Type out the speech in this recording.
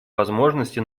возможности